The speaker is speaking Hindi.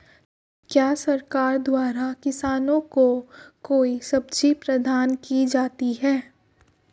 क्या सरकार द्वारा किसानों को कोई सब्सिडी प्रदान की जाती है?